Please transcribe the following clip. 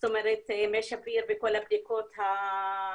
זאת אומרת מי שפיר וכל הבדיקות האחרות.